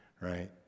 right